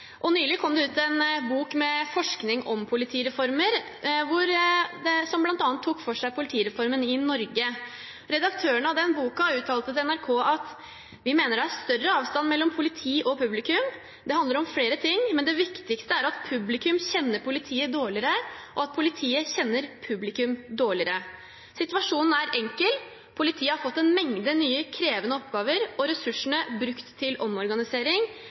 Nylig kom det ut en bok med forskning om politireformer som bl.a. tok for seg politireformen i Norge. Redaktøren av den boken uttalte til NRK: «Vi mener det er større avstand mellom politi og publikum, det handler om flere ting, men det viktigste er at publikum kjenner politiet dårligere og at politiet kjenner publikum dårligere.» Situasjonen er enkel: Politiet har fått en mengde nye krevende oppgaver, og ressursene brukt til omorganisering